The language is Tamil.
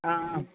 ஆ